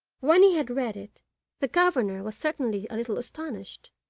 when he had read it the governor was certainly a little astonished